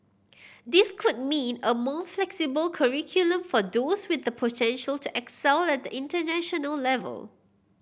this could mean a more flexible curriculum for those with the potential to excel at the international level